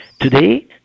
Today